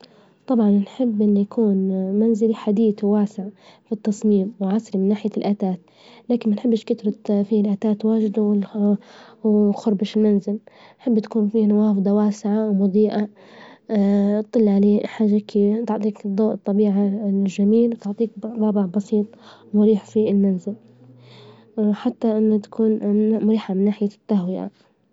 طبعا نحب إنه يكون منزلي حديث، وواسع في التصميم وعصري من ناحية الأثاث، لكن ما تحبش كترة فيه الأثاث واجد وخربش منزل، نحب تكون في نوافذه واسعة ومظيئة، تطل علية حاجة كي تعطيك ضوء الطبيعة الجميل وتعطيك طابع بسيط مريح في المنزل، حتى إنه تكون مريح من ناحية التهوية.